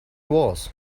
was